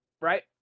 right